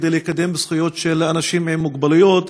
לקדם זכויות של אנשים עם מוגבלות,